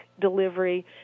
delivery